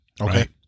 Okay